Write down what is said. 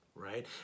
Right